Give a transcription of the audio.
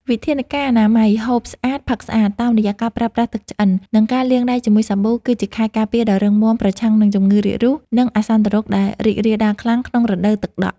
វិធានការអនាម័យ ហូបស្អាត ផឹកស្អាត តាមរយៈការប្រើប្រាស់ទឹកឆ្អិន និងការលាងដៃជាមួយសាប៊ូ គឺជាខែលការពារដ៏រឹងមាំប្រឆាំងនឹងជំងឺរាគរូស និងអាសន្នរោគដែលរីករាលដាលខ្លាំងក្នុងរដូវទឹកដក់។